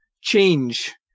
change